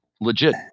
legit